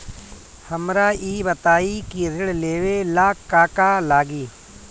हमरा ई बताई की ऋण लेवे ला का का लागी?